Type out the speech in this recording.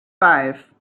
five